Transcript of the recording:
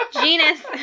Genus